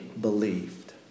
believed